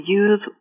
use